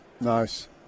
Nice